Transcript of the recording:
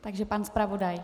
Takže pan zpravodaj.